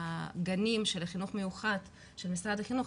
הגנים של החינוך המיוחד של משרד החינוך,